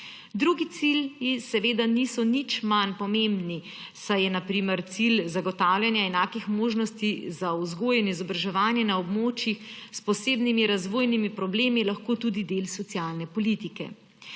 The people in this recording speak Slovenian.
Drugi cilji seveda niso nič manj pomembni, saj je na primer cilj zagotavljanja enakih možnosti za vzgojo in izobraževanje na območjih s posebnimi razvojnimi problemi lahko tudi del socialne politike.